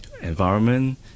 environment